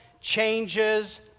changes